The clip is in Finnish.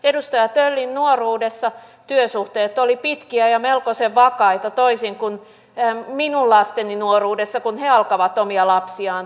edustaja töllin nuoruudessa työsuhteet olivat pitkiä ja melkoisen vakaita toisin kuin minun lasteni nuoruudessa kun he alkavat omia lapsiaan tehdä